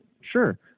Sure